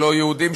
של לא-יהודים,